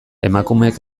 emakumeek